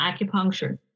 acupuncture